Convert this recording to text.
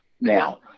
now